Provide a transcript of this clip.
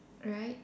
right